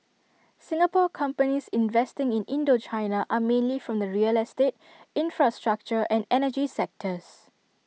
Singapore companies investing in Indochina are mainly from the real estate infrastructure and energy sectors